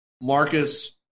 marcus